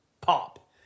pop